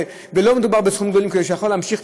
ולא מדובר בסכומים גדולים כאלה כדי שהמפעל יוכל להמשיך,